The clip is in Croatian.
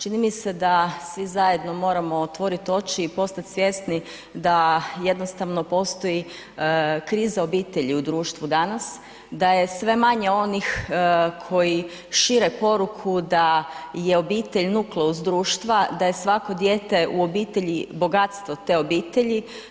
Čini mi se da svi zajedno moramo otvoriti oči i postat svjesni da jednostavno postoji kriza obitelji u društvu danas, da je sve manje onih koji šire poruku da je obitelj nukleus društva, da je svako dijete u obitelji bogatstvo te obitelji.